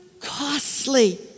costly